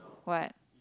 what